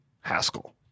Haskell